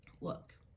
Look